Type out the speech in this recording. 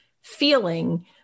feeling